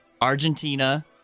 Argentina